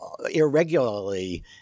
Irregularly